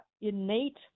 innate